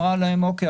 אמרה להם: אוקיי,